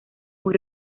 muy